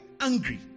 angry